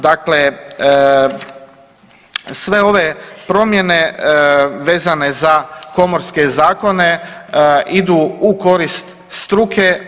Dakle, sve ove promjene vezane za komorske zakone idu u korist struke.